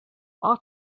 are